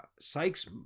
Sykes